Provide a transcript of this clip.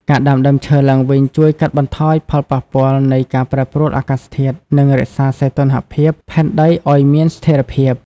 ការដាំដើមឈើឡើងវិញជួយកាត់បន្ថយផលប៉ះពាល់នៃការប្រែប្រួលអាកាសធាតុ និងរក្សាសីតុណ្ហភាពផែនដីឱ្យមានស្ថិរភាព។